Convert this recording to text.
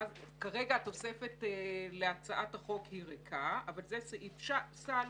כרגע התוספת להצעת החוק היא ריקה, אבל זה סעיף סל,